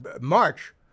March